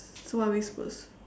so what are we supposed